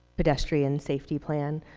pedestrian safety plan.